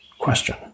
question